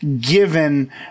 given